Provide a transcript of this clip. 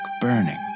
burning